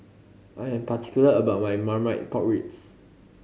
I am particular about my Marmite Pork Ribs